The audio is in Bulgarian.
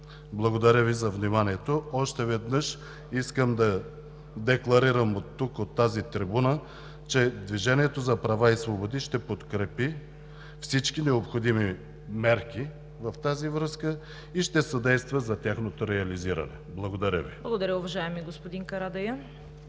Благодаря Ви за вниманието. Още веднъж искам да декларирам от тази трибуна, че „Движението за права и свободи“ ще подкрепи всички необходими мерки в тази връзка и ще съдейства за тяхното реализиране. Благодаря Ви. ПРЕДСЕДАТЕЛ ЦВЕТА КАРАЯНЧЕВА: Благодаря, уважаеми господин Карадайъ.